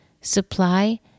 supply